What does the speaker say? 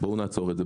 בואו נעצור את זה.